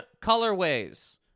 colorways